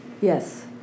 Yes